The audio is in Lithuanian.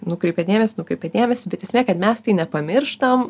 nukreipia dėmesį nukreipia dėmesį bet esmė kad mes nepamirštam